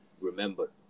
remember